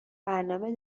برنامه